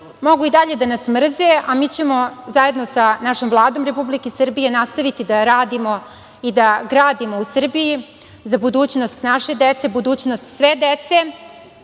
mogu i dalje da nas mrze, a mi ćemo zajedno sa našom Vladom Republike Srbije nastaviti da radimo i da gradimo u Srbiji za budućnost naše dece, budućnost sve dece,